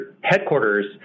headquarters